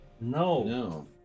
no